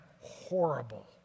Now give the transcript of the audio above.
horrible